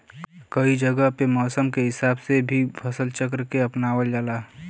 कई जगह पे मौसम के हिसाब से भी फसल चक्र के अपनावल जाला